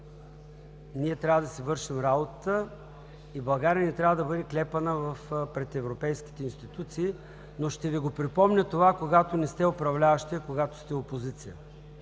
Ние трябва да си вършим работата и България не трябва да бъде клепана пред европейските институции, но ще Ви припомня това, когато не сте управляващи, а когато сте опозиция.